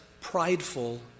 prideful